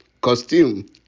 costume